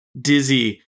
dizzy